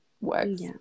works